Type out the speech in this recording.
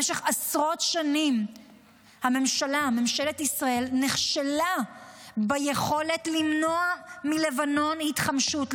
במשך עשרות שנים ממשלת ישראל נכשלה ביכולת למנוע מלבנון התחמשות,